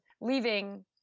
leaving